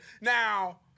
Now